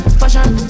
fashion